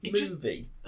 movie